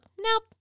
nope